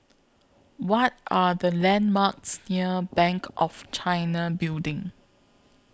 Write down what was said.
What Are The landmarks near Bank of China Building